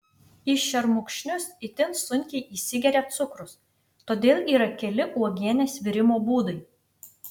į šermukšnius itin sunkiai įsigeria cukrus todėl yra keli uogienės virimo būdai